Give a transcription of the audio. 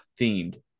themed